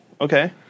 Okay